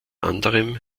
anderem